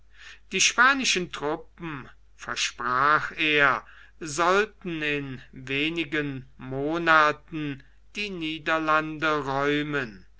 die spanischen truppen versprach er sollten in wenig monaten die niederlande räumen